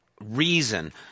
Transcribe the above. Reason